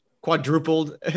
quadrupled